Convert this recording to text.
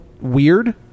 weird